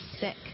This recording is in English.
sick